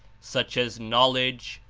such as knowledge,